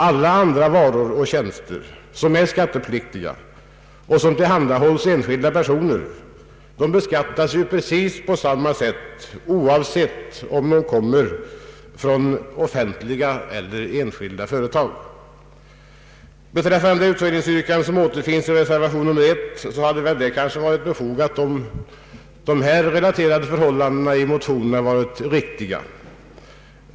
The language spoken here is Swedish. Alla andra varor och tjänster, som är skattepliktiga och tillhandahålls enskilda personer, beskattas ju precis på samma sätt, oavsett om de kommer från offentliga eller enskilda företag. Utredningsyrkandet, som återfinns i reservation 1, hade kanske varit befogat om de här i motionerna relaterade förhållandena varit riktiga.